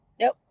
Nope